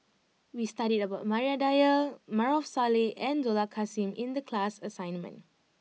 we studied about Maria Dyer Maarof Salleh and Dollah Kassim in the class assignment